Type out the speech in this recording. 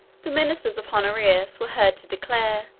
the ministers of honorius were heard to declare,